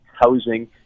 housing